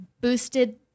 boosted